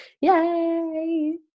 Yay